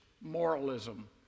moralism